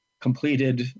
completed